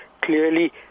clearly